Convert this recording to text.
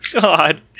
god